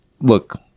look